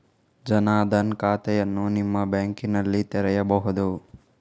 ಜನ ದನ್ ಖಾತೆಯನ್ನು ನಿಮ್ಮ ಬ್ಯಾಂಕ್ ನಲ್ಲಿ ತೆರೆಯಬಹುದೇ?